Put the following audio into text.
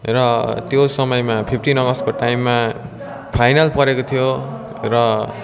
र त्यो समयमा फिफ्टिन अगस्टको टाइममा फाइनल परेको थियो र